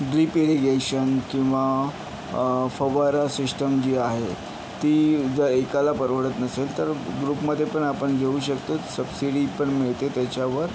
drip irrigation किंवा फवारा system जी आहे ती जर एकाला परवडत नसेल तर ग्रुपमध्ये पण आपण घेऊ शकतो सबसिडी पण मिळते त्याच्यावर